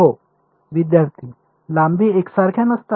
विद्यार्थीः लांबी एकसारख्या नसतात